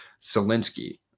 Zelensky